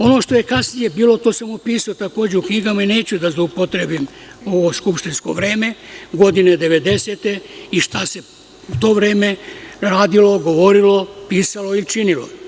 Ono što je kasnije bilo, to sam opisao u knjigama i neću da zloupotrebljavam ovo skupštinsko vreme, devedesete godine i šta se tada radilo, govorilo, pisalo i činilo.